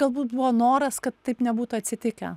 galbūt buvo noras kad taip nebūtų atsitikę